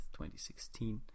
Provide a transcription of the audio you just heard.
2016